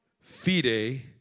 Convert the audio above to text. fide